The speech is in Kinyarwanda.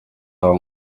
aho